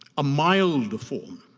a milder form,